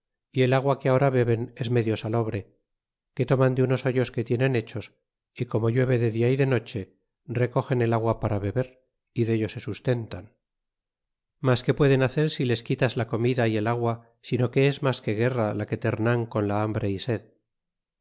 y el agua que ahora beben es medio salobre que toman de unos hoyos que tienen hechos y como llueve de dia y de noche recogen el agua para beber y dello se sustentan mas qué pueden hacer si les quitas la comida y el agua sino que es mas que guerra la que ternán con la hambre y sed